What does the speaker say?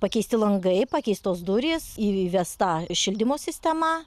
pakeisti langai pakeistos durys įvesta šildymo sistema